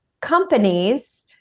companies